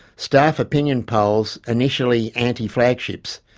staff opinion polls, initially anti-flagships,